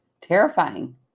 terrifying